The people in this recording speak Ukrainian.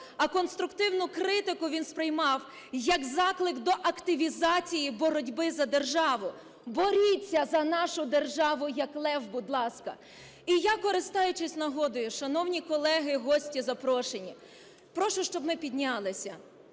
а конструктивну критику він сприймав як заклик до активізації і боротьби за державу. Боріться за нашу державу, як лев, будь ласка. І я, користаючись нагодою, шановні колеги, гості, запрошені, прошу, щоб ми піднялися